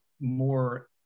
more